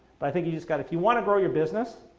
but i think you just gotta if you want to grow your business,